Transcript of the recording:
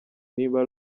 niba